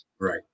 Right